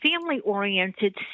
family-oriented